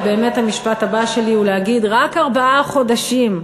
ובאמת המשפט הבא שלי הוא להגיד: רק ארבעה חודשים,